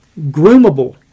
groomable